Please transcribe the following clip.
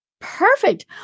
Perfect